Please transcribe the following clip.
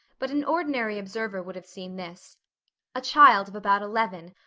but an ordinary observer would have seen this a child of about eleven,